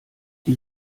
die